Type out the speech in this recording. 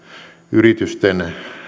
yritysten